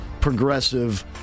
progressive